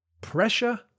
Pressure